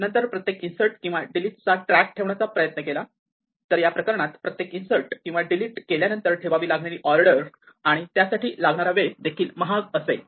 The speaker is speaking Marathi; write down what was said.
नंतर प्रत्येक इन्सर्ट किंवा डिलीट चा ट्रॅक ठेवण्याचा प्रयत्न केला तर या प्रकरणात प्रत्येक इन्सर्ट किंवा डिलीट केल्यानंतर ठेवावी लागणारी ऑर्डर आणि त्यासाठी लागणारा वेळ देखील महाग असेल